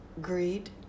greed